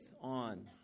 on